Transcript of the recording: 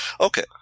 Okay